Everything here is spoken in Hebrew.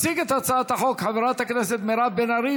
הצעת חוק לתיקון פקודת מס הכנסה (מס' 249),